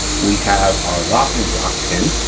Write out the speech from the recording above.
we have our locking block pin,